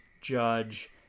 judge